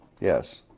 Yes